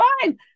fine